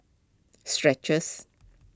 skechers